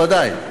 בוודאי,